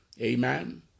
Amen